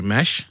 Mesh